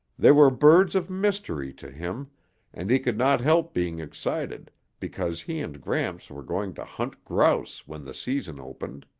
they were birds of mystery to him and he could not help being excited because he and gramps were going to hunt grouse when the season opened.